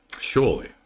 surely